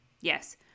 Yes